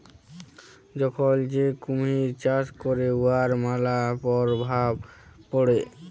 এখল যে কুমহির চাষ ক্যরে উয়ার ম্যালা পরভাব পড়ে